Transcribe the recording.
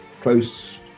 close